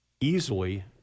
easily